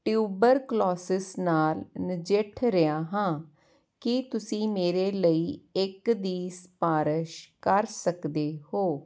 tuberculosis ਨਾਲ ਨਜਿੱਠ ਰਿਹਾ ਹਾਂ ਕੀ ਤੁਸੀਂ ਮੇਰੇ ਲਈ ਇੱਕ ਦੀ ਸਿਫਾਰਿਸ਼ ਕਰ ਸਕਦੇ ਹੋ